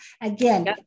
Again